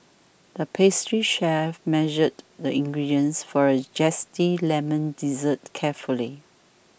the pastry chef measured the ingredients for a Zesty Lemon Dessert carefully